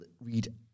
Read